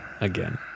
again